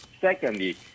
secondly